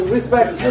Respect